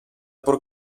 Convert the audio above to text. por